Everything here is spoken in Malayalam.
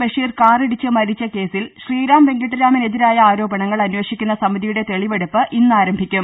ബഷീർ കാറിടിച്ച് മരിച്ച കേസിൽ ശ്രീറാം വെങ്കിട്ടരാമനെതിരായ ആരോപണങ്ങൾ അന്വേഷിക്കുന്ന സമിതിയുടെ തെളിവെടുപ്പ് ഇന്ന് ആരംഭിക്കും